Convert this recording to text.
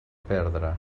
perdre